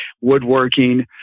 woodworking